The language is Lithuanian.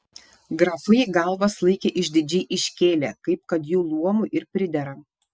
grafai galvas laikė išdidžiai iškėlę kaip kad jų luomui ir pridera